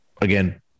again